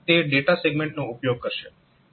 તો તે ડેટા સેગમેન્ટનો ઉપયોગ કરશે